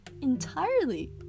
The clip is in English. entirely